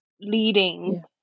leading